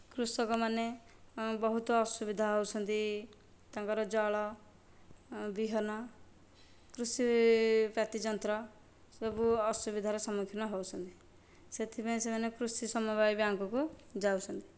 କୃଷକ ମାନେ ବହୁତ ଅସୁବିଧା ହେଉଛନ୍ତି ତାଙ୍କର ଜଳ ବିହନ କୃଷି ପାତୀ ଯନ୍ତ୍ର ସବୁ ଅସୁବିଧାର ସମ୍ମୁଖୀନ ହେଉଛନ୍ତି ସେଥିପାଇଁ ସେମାନେ କୃଷି ସମବାୟ ବ୍ୟାଙ୍କକୁ ଯାଉଛନ୍ତି